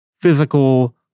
physical